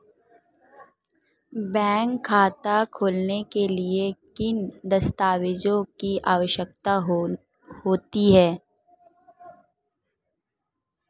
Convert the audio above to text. Bank खाता खोलने के लिए किन दस्तावेज़ों की आवश्यकता होती है?